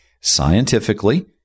scientifically